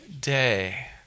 day